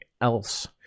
else